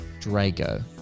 Drago